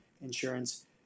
insurance